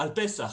על פס"ח.